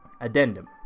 addendum